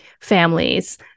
families